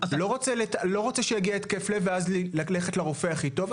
לא רוצה שיגיע התקף לב ואז ללכת לרופא הכי טוב,